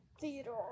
Theodore